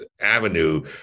avenue